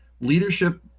leadership